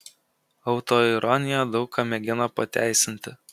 autoironija daug ką mėgina pateisinti